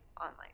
online